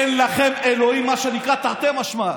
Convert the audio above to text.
אין לכם אלוהים, מה שנקרא, תרתי משמע.